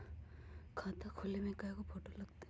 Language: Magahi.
खाता खोले में कइगो फ़ोटो लगतै?